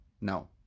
no